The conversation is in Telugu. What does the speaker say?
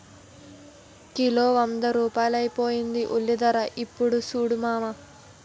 కిలో వంద రూపాయలైపోయింది ఉల్లిధర యిప్పుడు సూడు మావా